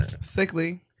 sickly